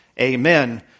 Amen